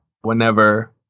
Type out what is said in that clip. whenever